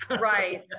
Right